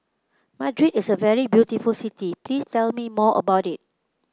Madrid is a very beautiful city Please tell me more about it